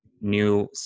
new